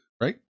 right